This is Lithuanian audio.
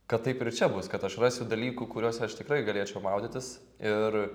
kad taip ir čia bus kad aš rasiu dalykų kuriuos aš tikrai galėčiau maudytis ir